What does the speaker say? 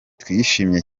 twishimye